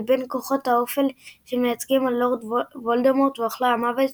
לבין כוחות האופל שמייצגים לורד וולדמורט ואוכלי המוות,